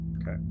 Okay